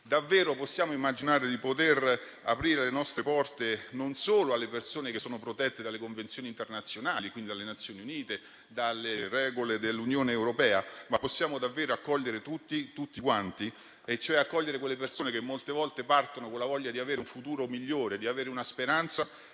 Davvero possiamo immaginare di aprire le nostre porte non solo alle persone protette dalle convenzioni internazionali, quindi dalle Nazioni Unite e dalle regole dell'Unione europea, ma a tutti quanti? Possiamo cioè accogliere quelle persone che molte volte partono con la voglia di avere un futuro migliore e una speranza,